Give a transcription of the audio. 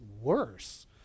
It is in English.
worse